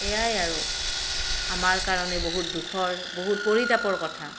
এয়াই আৰু আমাৰ কাৰণে বহুত দুখৰ বহু পৰিতাপৰ কথা